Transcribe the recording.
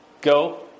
Go